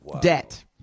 debt